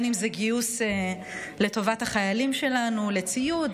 אם זה גיוס לטובת החיילים שלנו של ציוד,